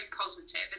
positive